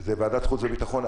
זו ועדת חוץ וביטחון,